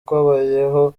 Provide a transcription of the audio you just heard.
kwabayeho